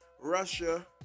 Russia